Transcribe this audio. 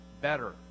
better